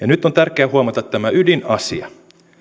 nyt on tärkeää huomata tämä ydinasia